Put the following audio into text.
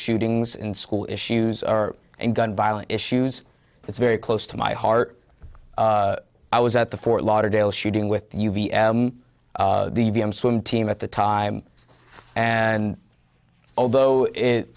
shootings in school issues are and gun violence issues it's very close to my heart i was at the fort lauderdale shooting with the v m swim team at the time and although it